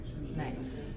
Nice